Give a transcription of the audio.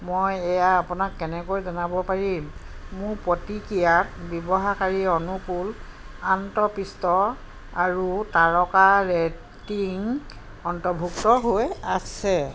মই এয়া আপোনাক কেনেকৈ জনাব পাৰিম মোৰ প্ৰতিক্ৰিয়াত ব্যৱহাৰকাৰী অনুকূল আন্তঃপৃষ্ঠ আৰু তাৰকাৰ ৰেটিং অন্তৰ্ভুক্ত হৈ আছে